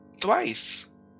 twice